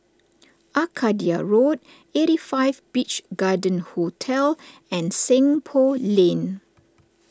Arcadia Road eighty five Beach Garden Hotel and Seng Poh Lane